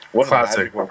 Classic